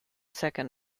second